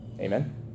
Amen